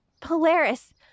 Polaris